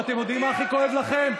ואתם יודעים מה הכי כואב לכם?